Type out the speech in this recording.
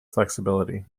flexibility